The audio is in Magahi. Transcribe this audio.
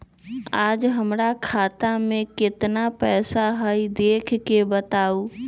आज हमरा खाता में केतना पैसा हई देख के बताउ?